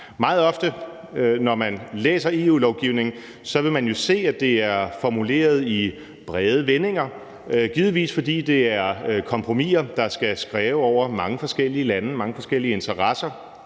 Meget ofte, når man læser EU-lovgivning, vil man jo se, at det er formuleret i brede vendinger, givetvis fordi det er kompromiser, der skal skræve over mange forskellige lande, mange